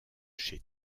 chez